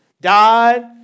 died